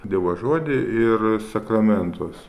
dievo žodį ir a sakramentus